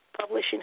Publishing